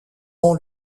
ans